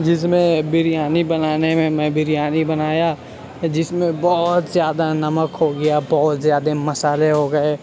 جس میں بریانی بنانے میں میں بریانی بنایا جس میں بہت زیادہ نمک ہو گیا بہت زیادہ مسالے ہو گیے